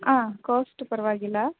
ಹಾಂ ಕಾಸ್ಟ್ ಪರ್ವಾಗಿಲ್ಲ